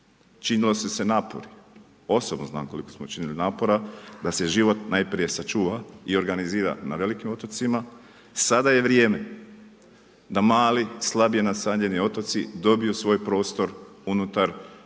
Činili su se napori, osobno znam koliko smo činili napora da se život najprije sačuva i organizira na velikim otocima. Sada je vrijeme da mali, slabije nastanjeni otoci dobiju svoj prostor unutar hrvatske